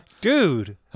Dude